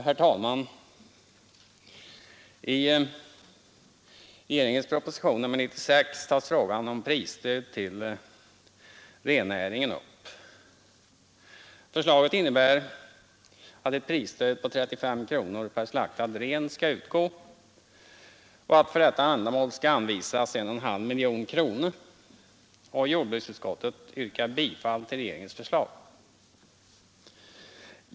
Herr talman! I regeringens proposition nr 96 tas frågan om prisstöd till rennäringen upp. Förslaget innebär att ett prisstöd på 35 kronor per slaktad ren skall utgå och att för detta ändamål skall anvisas 1,5 miljoner kronor. Jordbruksutskottet yrkar bifall till regeringens förslag.